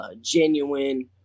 genuine